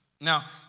Now